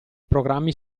programmi